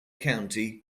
county